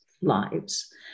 lives